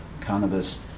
cannabis